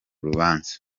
rubanza